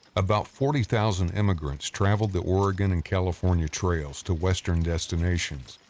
about forty thousand emigrants traveled the oregon and california trails to western destinations,